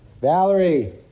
valerie